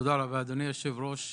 תודה רבה, אדוני היושב-ראש.